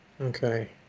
okay